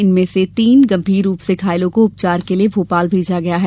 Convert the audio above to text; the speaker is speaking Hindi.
इनमे से तीन गंभीर रूप से घायलों को उपचार के लिये भोपाल भेजा गया है